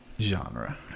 genre